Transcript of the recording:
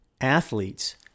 athletes